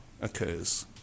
occurs